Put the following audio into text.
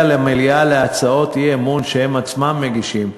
למליאה בהצעות אי-אמון שהם עצמם מגישים,